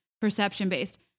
perception-based